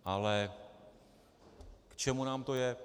Ale k čemu nám to je?